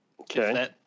Okay